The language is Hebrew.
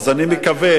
אז אני מקווה,